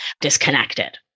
disconnected